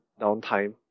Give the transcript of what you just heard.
downtime